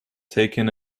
taking